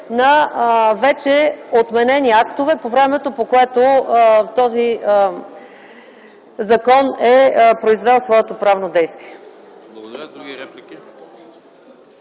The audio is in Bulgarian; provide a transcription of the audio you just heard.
на вече отменени актове по времето, по което този закон е произвел своето правно действие.